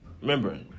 remember